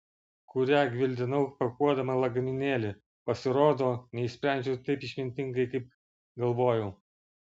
kurią gvildenau pakuodama lagaminėlį pasirodo neišsprendžiau taip išmintingai kaip galvojau